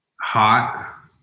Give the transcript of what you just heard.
Hot